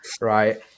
right